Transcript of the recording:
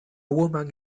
woman